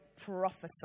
prophesy